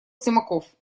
симаков